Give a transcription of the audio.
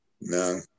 No